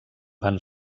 van